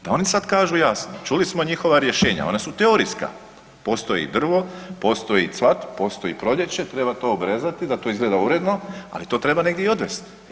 Pa oni sad kažu jasno, čuli smo njihova rješenja, ona su teorijska, postoji drvo, postoji cvat, postoji proljeće, treba to obrezati da to izgleda uredno, ali to treba negdje i odvesti.